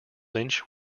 lynch